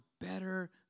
better